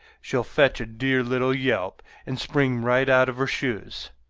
she'll fetch a dear little yelp and spring right out of her shoes.